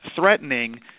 threatening